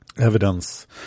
Evidence